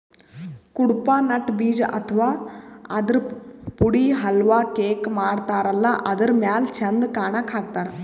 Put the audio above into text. Cuddapah nut ಬೀಜ ಅಥವಾ ಆದ್ರ ಪುಡಿ ಹಲ್ವಾ, ಕೇಕ್ ಮಾಡತಾರಲ್ಲ ಅದರ್ ಮ್ಯಾಲ್ ಚಂದ್ ಕಾಣಕ್ಕ್ ಹಾಕ್ತಾರ್